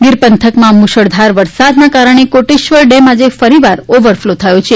ગીર પંથકમાં મુશળધાર વરસાદ ને કારણે કોટેશ્વર ડેમ આજે ફરીવાર ઓવરફલો થયો છે